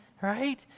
Right